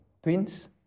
twins